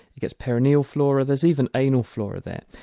it gets perennial flora, there's even anal flora there.